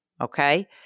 Okay